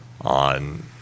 on